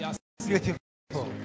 Beautiful